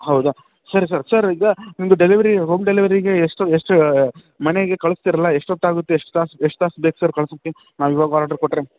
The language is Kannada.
ಹೌದಾ ಸರಿ ಸರ್ ಸರ್ ಈಗ ನಿಮ್ಮದು ಡೆಲಿವರಿ ಹೋಮ್ ಡೆಲಿವರಿಗೆ ಎಷ್ಟು ಎಷ್ಟು ಮನೆಗೆ ಕಳಿಸ್ತೀರಲ ಎಷ್ಟು ಹೊತ್ತಾಗುತ್ತೆ ಎಷ್ಟು ತಾಸು ಎಷ್ಟು ತಾಸು ಬೇಕು ಸರ್ ಕಳ್ಸೋಕ್ಕೆ ನಾವು ಇವಾಗ ಆರ್ಡ್ರು ಕೊಟ್ಟರೆ